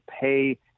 pay